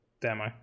demo